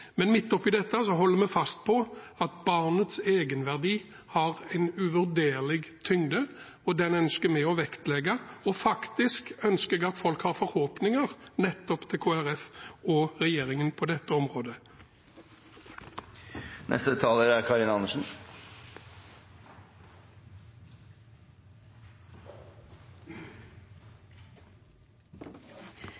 Men midt oppi dette holder vi fast på at barnets egenverdi har en uvurderlig tyngde, og den ønsker vi å vektlegge. Og faktisk ønsker jeg at folk har forhåpninger – nettopp til Kristelig Folkeparti og regjeringen – på dette området. Ja, det er